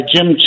Jim